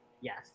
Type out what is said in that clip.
Yes